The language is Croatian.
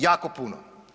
Jako puno.